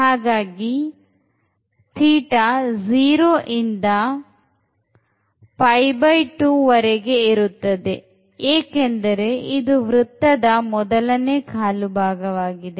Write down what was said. ಹಾಗಾಗಿ θ0 ಇಂದ2 ಏಕೆಂದರೆ ಇದು ವೃತ್ತದ ಮೊದಲ ಕಾಲುಭಾಗವಾಗಿದೆ